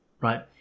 right